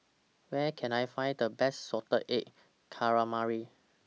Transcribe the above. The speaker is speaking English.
Where Can I Find The Best Salted Egg Calamari